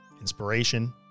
inspiration